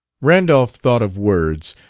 randolph thought of words,